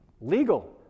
legal